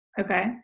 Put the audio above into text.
Okay